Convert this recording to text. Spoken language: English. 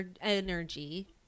energy